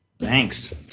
Thanks